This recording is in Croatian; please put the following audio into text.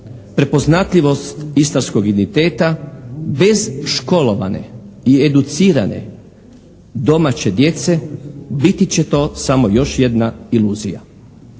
prepoznatljivost istarskog identiteta bez školovane i educirane domaće djece biti će to još samo jedna iluzija.